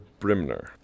Brimner